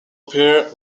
appear